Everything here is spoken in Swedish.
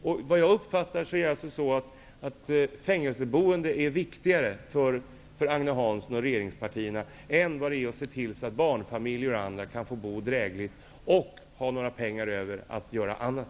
Såvitt jag kan förstå är fängelseboendet viktigare för Agne Hansson och regeringspartierna än att se till att barnfamiljer och andra kan få bo drägligt och ändå ha pengar över till annat.